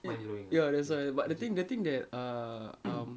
ya that's why but the thing the thing that uh um